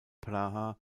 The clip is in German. praha